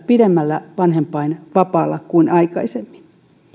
pidemmällä vanhempainvapaalla kuin aikaisemmin myös